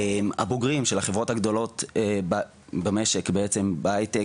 הבוגרים של החברות הגדולות במשק בעצם בהיי-טק,